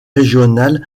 régionales